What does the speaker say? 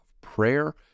prayer